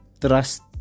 trust